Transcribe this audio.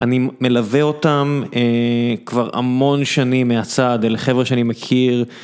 אני מלווה אותם כבר המון שנים מהצד אל חבר'ה שאני מכיר.